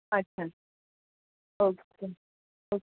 आच्छा okay okay